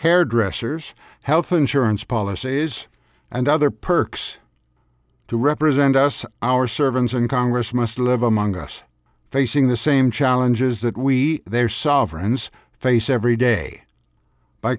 hairdressers health insurance policies and other perks to represent us our servants and congress must live among us facing the same challenges that we their sovereigns face every day by